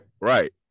Right